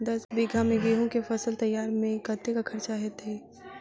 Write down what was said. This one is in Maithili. दस बीघा मे गेंहूँ केँ फसल तैयार मे कतेक खर्चा हेतइ?